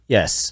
Yes